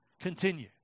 continue